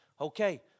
Okay